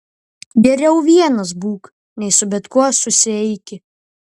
geriau vienas būk nei su bet kuo susieiki